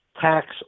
tax